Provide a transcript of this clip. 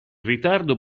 ritardo